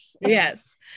Yes